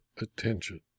attention